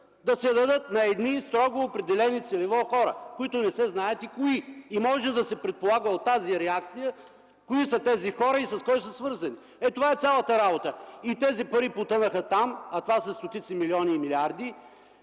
да се дадат на строго определени хора, не се знаят и кои. Може да се предполага от тази реакция кои са тези хора и с кого са свързани. Ето, това е цялата работа. Тези пари потънаха там, а това са стотици милиони и милиарди